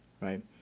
right